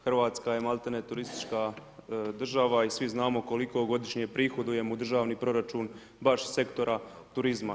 Hrvatska je malte ne turistička država i svi znamo koliko godišnje prihodujemo u državni proračun baš iz sektora turizma.